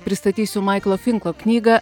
pristatysiu maiklo finko knygą